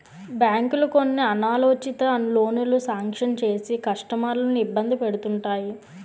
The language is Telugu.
బ్యాంకులు కొన్ని అనాలోచిత లోనులు శాంక్షన్ చేసి కస్టమర్లను ఇబ్బంది పెడుతుంటాయి